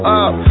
up